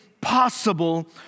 possible